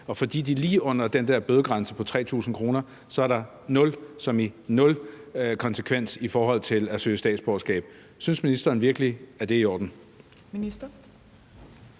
og fordi de lige er under den der bødegrænse på 3.000 kr., så er der nul – som i nul – konsekvens i forhold til at søge statsborgerskab. Synes ministeren virkelig, at det er i orden?